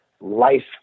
life